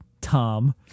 Tom